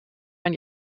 ein